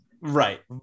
right